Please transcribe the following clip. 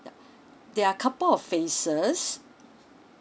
ya there are couple of phases